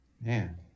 man